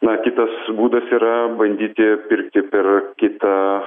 na kitas būdas yra bandyti pirkti per kitą